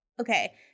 okay